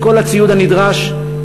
עם כל הציוד הנדרש,